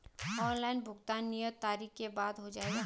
Online भुगतान नियत तारीख के बाद हो जाएगा?